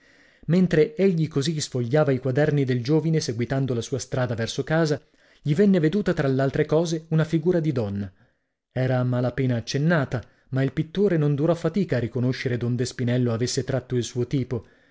mentre egli così sfogliava i quaderni del giovine seguitando la sua strada verso casa gli venne veduta tra l'altre cose una figura di donna era a mala pena accennata ma il pittore non durò fatica a riconoscere d'onde spinello avesse tratto il suo tipo